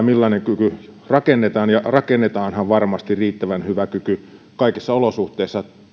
millainen kyky rakennetaan ja rakennetaanhan varmasti riittävän hyvä kyky kaikissa olosuhteissa